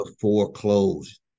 foreclosed